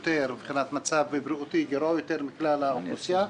גרוע יותר מכלל האוכלוסייה,